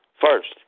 First